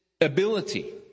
ability